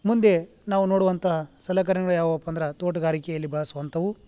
ಮುಂದೆ ನಾವು ನೋಡುವಂಥ ಸಲಕರಣೆಗಳು ಯಾವಪ್ಪ ಅಂದ್ರೆ ತೋಟಗಾರಿಕೆಯಲ್ಲಿ ಬಳಸುವಂಥವು